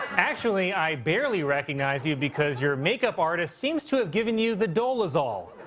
actually, i barely recognize you, because your makeup artist seems to have given you the dolezal.